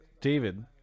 David